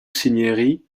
cinieri